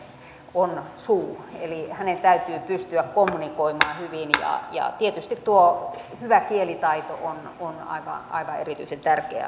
on suu eli hänen täytyy pystyä kommunikoimaan hyvin ja ja tietysti tuo hyvä kielitaito on on aivan erityisen tärkeä